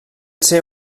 ser